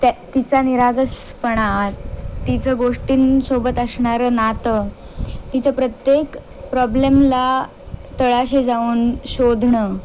त्या तिचा निरागसपणा तिचं गोष्टींसोबत असणारं नातं तिचं प्रत्येक प्रॉब्लेमला तळाशी जाऊन शोधणं